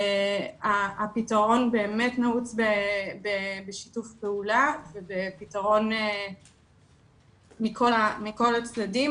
הפתרון באמת נעוץ בשיתוף פעולה ובפתרון מכל הצדדים